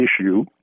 issue